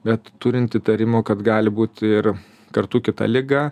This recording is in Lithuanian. bet turint įtarimų kad gali būti ir kartu kita liga